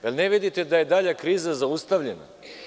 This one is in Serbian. Zar ne vidite da je dalja kriza zaustavljena?